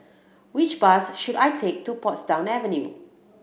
which bus should I take to Portsdown Avenue